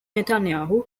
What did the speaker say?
netanyahu